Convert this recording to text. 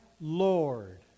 Lord